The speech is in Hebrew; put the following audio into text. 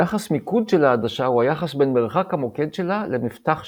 יחס מיקוד של העדשה הוא היחס בין מרחק המוקד שלה למפתח שלה.